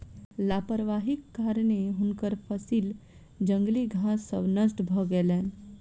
लापरवाहीक कारणेँ हुनकर फसिल जंगली घास सॅ नष्ट भ गेलैन